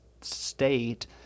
state—